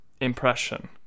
impression